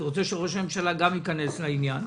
אני רוצה שראש הממשלה גם ייכנס לעניין,